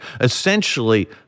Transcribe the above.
essentially